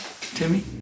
Timmy